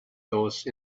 those